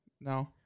No